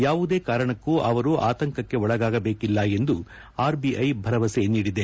ಯಾವುದೇ ಕಾರಣಕ್ಕೂ ಅವರು ಆತಂಕಕ್ಕೆ ಒಳಗಾಗಬೇಕಿಲ್ಲ ಎಂದು ಆರ್ಬಿಐ ಭರವಸೆ ನೀಡಿದೆ